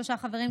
שלושה חברים,